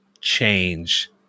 change